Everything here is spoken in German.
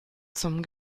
zum